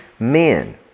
Men